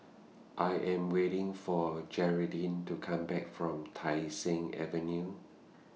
I Am waiting For Gearldine to Come Back from Tai Seng Avenue